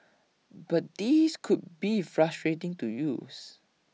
but these could be frustrating to use